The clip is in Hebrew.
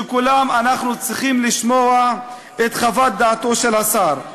שאנחנו צריכים לשמוע את חוות דעתו של השר.